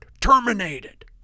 terminated